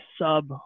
sub